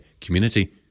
community